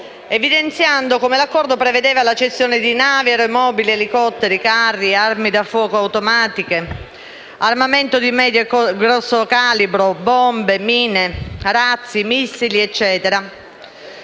evidenziando come l'accordo prevedeva la cessione di navi, aeromobili, elicotteri, carri, armi da fuoco automatiche, armamento di medio e grosso calibro, bombe, mine, razzi, missili e altro